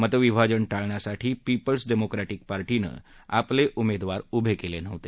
मतविभाजन ळण्यासाठी पिपल्स डेमोक्रॅटिक्र पारीनं आपले उमेदवार उभे केले नाहीत